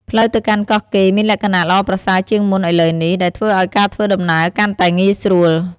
ផ្លូវទៅកាន់កោះកេរមានលក្ខណៈល្អប្រសើរជាងមុនឥឡូវនេះ ដែលធ្វើឲ្យការធ្វើដំណើរកាន់តែងាយស្រួល។